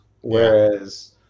Whereas